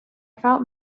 felt